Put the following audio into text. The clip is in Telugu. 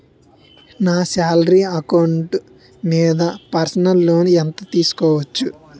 నా సాలరీ అకౌంట్ మీద పర్సనల్ లోన్ ఎంత తీసుకోవచ్చు?